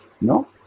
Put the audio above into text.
no